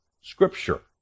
Scripture